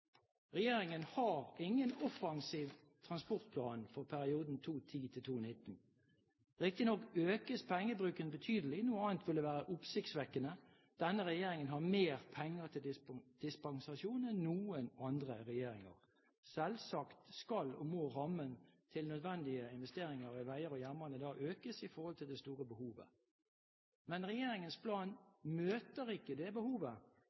Regjeringen har ingen offensiv transportplan for perioden 2010–2019. Riktignok økes pengebruken betydelig, noe annet ville være oppsiktsvekkende. Denne regjeringen har mer penger til disposisjon enn noen annen regjering har hatt. Selvsagt skal og må rammen til nødvendige investeringer i vei og jernbane da økes i forhold til det store behovet, men regjeringens plan møter ikke det behovet.